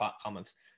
comments